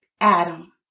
Adam